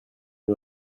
une